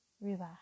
relax